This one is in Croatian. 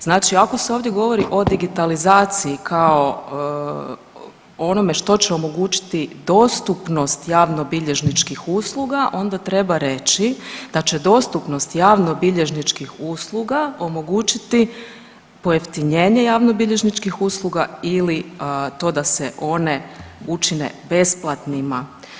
Znači ako se ovdje govori o digitalizaciji kao onome što će omogućiti dostupnost javnobilježničkih usluga, onda treba reći da će dostupnost javnobilježničkih usluga omogućiti pojeftinjenja javnobilježničkih usluga ili to da se one učine besplatnima.